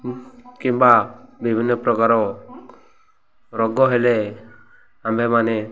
କିମ୍ବା ବିଭିନ୍ନ ପ୍ରକାର ରୋଗ ହେଲେ ଆମ୍ଭେମାନେ